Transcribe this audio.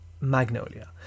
Magnolia